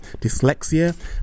dyslexia